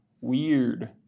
Weird